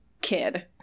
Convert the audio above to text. kid